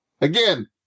Again